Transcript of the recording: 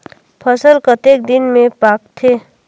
फसल कतेक दिन मे पाकथे?